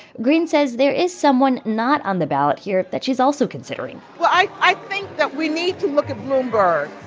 green says there is someone not on the ballot here that she's also considering well, i i think that we need to look at bloomberg.